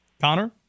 Connor